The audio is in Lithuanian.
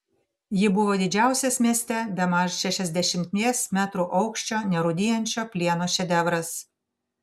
ji buvo didžiausias mieste bemaž šešiasdešimties metrų aukščio nerūdijančio plieno šedevras